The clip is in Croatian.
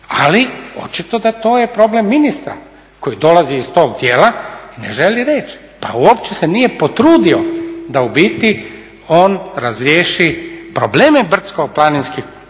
ali očito da to je problem ministra koji dolazi iz tog dijela i ne želi reći. Pa uopće se nije potrudio da u biti on razriješi probleme brdsko planinskih